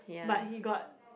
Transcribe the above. but he got